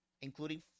including